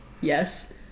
yes